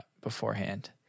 beforehand